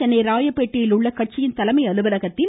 சென்னை ராயப்பேட்டையில் உள்ள கட்சியின் தலைமை அலுவலகத்தில் கே